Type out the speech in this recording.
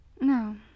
No